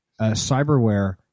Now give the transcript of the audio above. cyberware